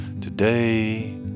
today